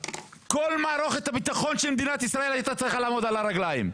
כל מערכת הביטחון של מדינת ישראל הייתה צריכה לעמוד על הרגליים,